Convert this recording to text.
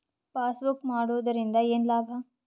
Passbook ಮಾಡುದರಿಂದ ಏನು ಲಾಭ?